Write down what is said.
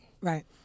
Right